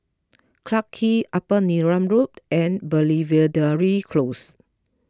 Clarke Quay Upper Neram Road and Belvedere Close